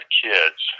kids